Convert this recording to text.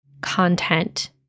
content